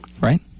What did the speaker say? Right